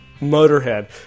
Motorhead